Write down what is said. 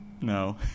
No